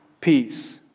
Peace